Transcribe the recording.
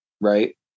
Right